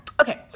Okay